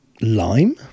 Lime